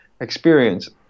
experience